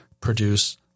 produce